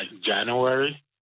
January